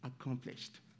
accomplished